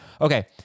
Okay